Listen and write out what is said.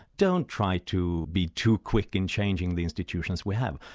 don't try to be too quick in changing the institutions we have.